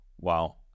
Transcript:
wow